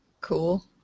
Cool